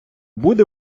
буде